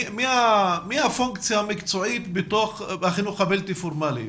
מי הפונקציה המקצועית בתוך החינוך הבלתי פורמלי?